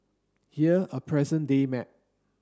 here a present day map